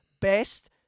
best